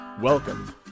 Welcome